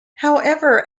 however